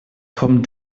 komm